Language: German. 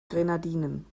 grenadinen